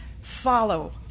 follow